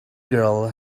girl